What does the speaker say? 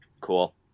Cool